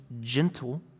gentle